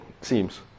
seems